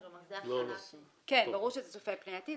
כן, ברור שזה צופה פני עתיד.